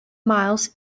miles